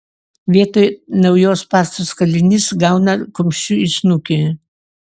vietoj naujos pastos kalinys gauna kumščiu į snukį